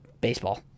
Baseball